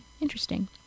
interesting